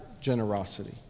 generosity